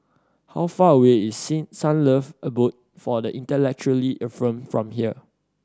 how far away is Sing Sunlove Abode for the Intellectually Infirmed from here